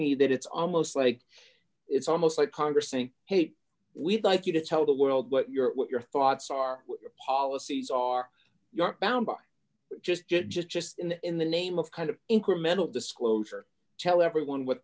me that it's almost like it's almost like congress saying hey we'd like you to tell the world what your what your thoughts our policies are not bound by just just just in the name of kind of incremental disclosure tell everyone what